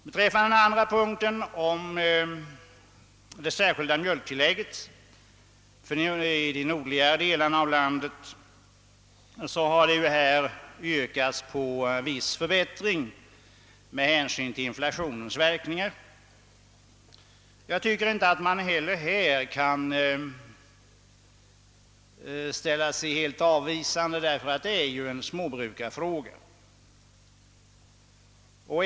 Beträffande den andra punkten — det särskilda mjölkpristillägget för de nordliga delarna av landet — har yrkats på viss förbättring med hänsyn till inflationens verkningar. Jag tycker att man inte heller här kan ställa sig helt avvisande då detta är en småbrukarfråga.